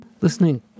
Listening